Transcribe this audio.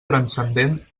transcendent